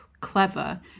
clever